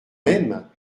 même